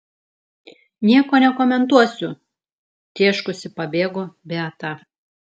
nieko nekomentuosiu tėškusi pabėgo beata